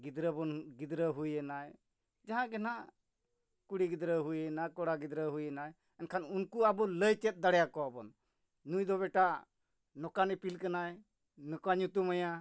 ᱜᱤᱫᱽᱨᱟᱹ ᱵᱚᱱ ᱜᱤᱫᱽᱨᱟᱹ ᱦᱩᱭᱮᱱᱟᱭ ᱡᱟᱦᱟᱸ ᱜᱮ ᱱᱟᱜ ᱠᱩᱲᱤ ᱜᱤᱫᱽᱨᱟᱹ ᱦᱩᱭᱮᱱᱟ ᱠᱚᱲᱟ ᱜᱤᱫᱽᱨᱟᱹ ᱦᱩᱭᱮᱱᱟᱭ ᱮᱱᱠᱷᱟᱱ ᱩᱱᱠᱩ ᱟᱵᱚ ᱞᱟᱹᱭ ᱪᱮᱫ ᱫᱟᱲᱮᱭᱟᱠᱚᱣᱟᱵᱚᱱ ᱱᱩᱭ ᱫᱚ ᱵᱮᱴᱟ ᱱᱚᱠᱟᱱ ᱤᱯᱤᱞ ᱠᱟᱱᱟᱭ ᱱᱚᱝᱠᱟ ᱧᱩᱛᱩᱢᱮᱭᱟ